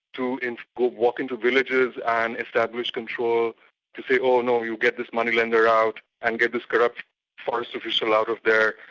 to walk walk into villages and establish control to say oh no, you get this moneylender out and get this corrupt forest official out of there.